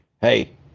hey